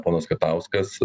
ponas katauskas